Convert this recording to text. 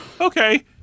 okay